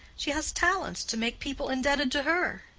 she has talents to make people indebted to her.